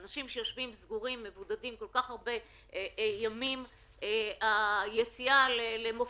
בשביל אנשים שיושבים סגורים ומבודדים כל כך הרבה ימים היציאה לתיאטרון,